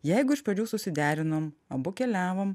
jeigu iš pradžių susiderinom abu keliavom